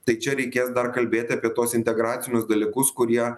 tai čia reikės dar kalbėti apie tuos integracinius dalykus kurie